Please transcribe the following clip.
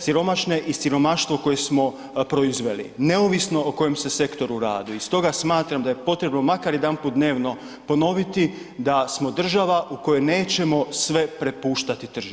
siromašne i siromaštvo koje smo proizveli neovisno o kojem se sektoru radi i stoga smatram da je potrebno makar jedanput dnevno ponoviti da smo država u kojoj nećemo sve prepuštati tržištu.